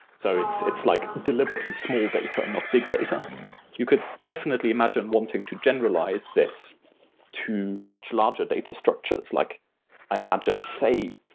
so it's it's like deliberately small data and not big data you could definitely imagine one thing to generalize this to much larger data structures, like i imagine say,